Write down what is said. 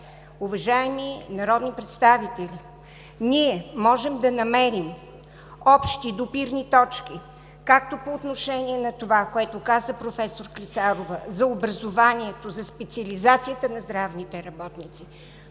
уважаеми народни представители, ние можем да намерим общи допирни точки както по отношение на това, което каза проф. Клисарова за образованието, за специализацията на здравните работници,